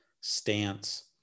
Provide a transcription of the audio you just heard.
stance